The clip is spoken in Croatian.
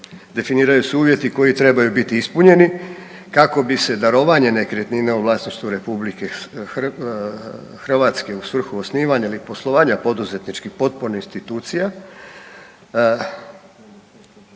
Definiraju se uvjeti koji trebaju biti ispunjeni kako bi se darovanje nekretnine u vlasništvu RH u svrhu osnivanja ili poslovanja poduzetničkih potpornih institucija,